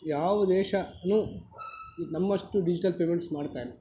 ಯಾವ ದೇಶವೂ ನಮ್ಮಷ್ಟು ಡಿಜಿಟಲ್ ಪೇಮೆಂಟ್ಸ್ ಮಾಡ್ತಾಯಿಲ್ಲ